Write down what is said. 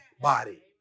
body